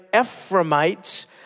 Ephraimites